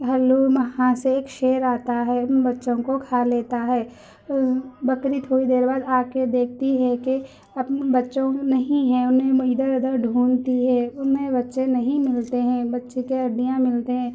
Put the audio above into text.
ہلّو وہاں سے ایک شیر آتا ہے ان بّچوں کو کھا لیتا ہے بکری تھوڑی دیر بعد آ کے دیکھتی ہے کہ اپن ان بّچوں نہیں ہیں انہیں میں ادھر ادھر ڈھونڈتی ہے انہیں بچے نہیں ملتے ہیں بچّے کے ہڈیاں ملتے ہیں